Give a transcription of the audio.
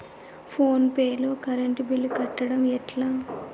Phone pay లో current bill కట్టడం ఎట్లా?